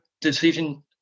decision